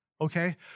Okay